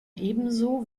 ebenso